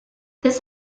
this